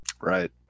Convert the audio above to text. Right